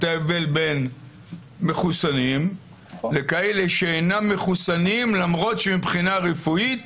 את ההבדל בין מחוסנים לכאלה שאינם מחוסנים למרות שמבחינה רפואית